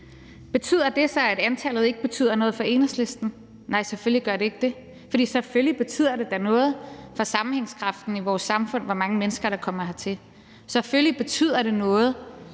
Betyder det så, at antallet ikke betyder noget for Enhedslisten? Nej, selvfølgelig gør det ikke det, for selvfølgelig betyder det da noget for sammenhængskraften i vores samfund, hvor mange mennesker der kommer hertil. Selvfølgelig betyder det noget,